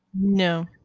No